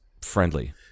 friendly